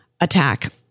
attack